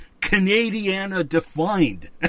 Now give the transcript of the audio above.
Canadiana-defined